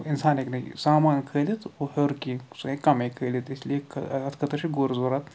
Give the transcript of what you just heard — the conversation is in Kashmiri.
اِنسان ہیٚکہِ نہٕ سامان کھٲلِتھ ہیوٚر کینٛہہ سُہ ہیٚکہِ کمے کھٲلِتھ اِسلیے اتھ خٲطرٕ چھُ گُر ضوٚرتھ